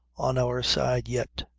on our side yet.